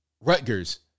Rutgers